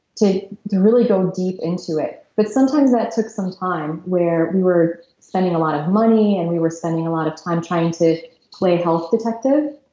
to really go deep into it but sometimes that took some time, where we were spending a lot of money and we spending a lot of time trying to play health-detective.